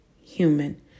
human